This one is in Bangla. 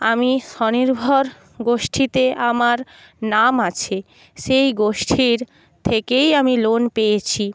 আমি স্বনির্ভর গোষ্ঠীতে আমার নাম আছে সেই গোষ্ঠীর থেকেই আমি লোন পেয়েছি